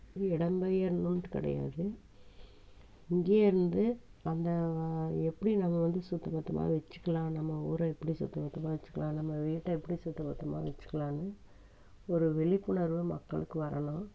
இடம்பெயரணுன்ட்டு கிடையாது இங்கேயே இருந்து அந்த எப்படி நம்ம வந்து சுத்தபத்தமாக வச்சுக்குலாம் நம்ம ஊரை எப்படி சுத்தபத்தமாக வச்சுக்குலாம் நம்ம வீட்டை எப்படி சுத்தபத்தமாக வச்சுக்குலான்னு ஒரு விழிப்புணர்வு மக்களுக்கு வரணும்